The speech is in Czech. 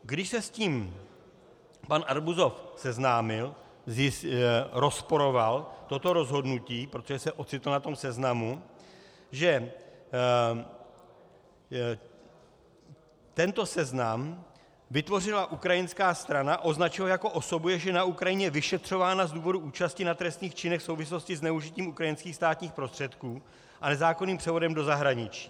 Když se s tím pan Arbuzov seznámil, rozporoval toto rozhodnutí, protože se ocitl na tom seznamu, že tento seznam vytvořila ukrajinská strana, označila ho jako osobu, jež je na Ukrajině vyšetřována z důvodu účasti na trestných činech v souvislosti se zneužitím ukrajinských státních prostředků a nezákonným převodem do zahraničí.